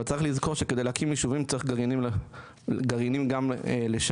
אבל צריך לזכור שככדי להקים ישובים צריך ישובים גם לשם,